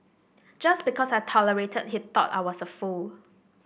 just because I tolerated he thought I was a fool